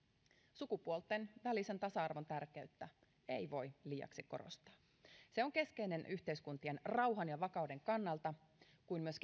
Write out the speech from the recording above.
sukupuolten välisen tasa arvon tärkeyttä ei voi liiaksi korostaa se on keskeinen niin yhteiskuntien rauhan ja vakauden kuin myös